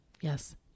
Yes